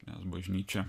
nes bažnyčia